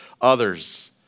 others